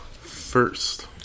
first